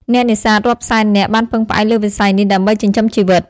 អ្នកនេសាទរាប់សែននាក់បានពឹងផ្អែកលើវិស័យនេះ ដើម្បីចិញ្ចឹមជីវិត។